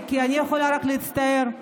אני יכולה רק להצטער,